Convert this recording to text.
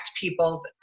people's